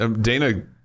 Dana